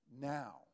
now